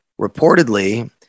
reportedly